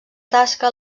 tasca